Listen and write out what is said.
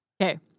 Okay